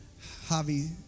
Javi